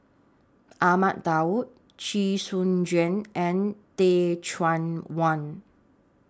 Ahmad Daud Chee Soon Juan and Teh Cheang Wan